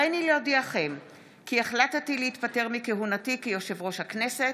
הריני להודיעכם כי החלטתי להתפטר מכהונתי כיושב-ראש הכנסת.